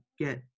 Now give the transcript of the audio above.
get